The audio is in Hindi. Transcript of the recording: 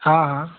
हाँ हाँ